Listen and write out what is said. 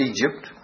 Egypt